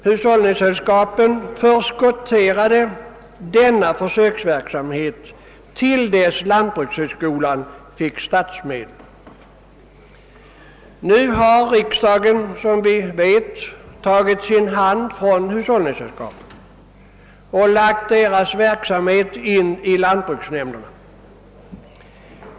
Hushållningssällskapen förskotterade med andra ord denna försöksverksamhet till dess lantbrukshögskolan fick statsmedel. Som vi vet har riksdagen nu tagit sin hand från hushållningssällskapen och lagt deras verksamhet in i lantbruksnämnderna.